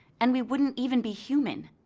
and we wouldn't even be human.